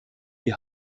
die